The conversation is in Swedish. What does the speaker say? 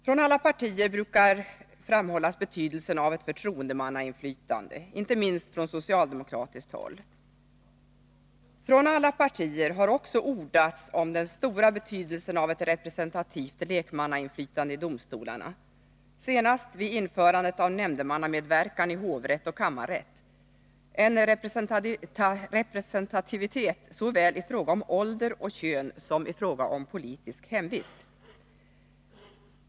Från alla partier brukar framhållas betydelsen av ett förtroendemannainflytande, inte minst från socialdemokratiskt håll. Från alla partier har det också ordats om den stora betydelsen av ett representativt lekmannainflytande i domstolarna, senast vid införandet av nämndemannamedverkan i hovrätt och kammarrätt — en representativitet såväl i fråga om ålder och kön som i fråga om politisk hemvist.